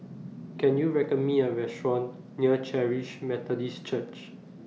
Can YOU recommend Me A Restaurant near Charis Methodist Church